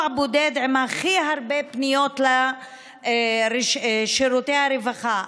בודד עם הכי הרבה פניות לשירותי הרווחה,